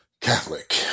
Catholic